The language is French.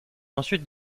ensuite